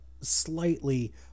slightly